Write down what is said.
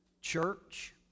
church